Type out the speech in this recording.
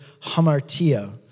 hamartia